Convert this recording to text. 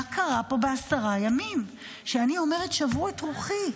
מה קרה פה בעשרה ימים, שאני אומרת ששברו את רוחי.